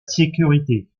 sécurité